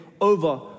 over